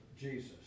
Jesus